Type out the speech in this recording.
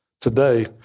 today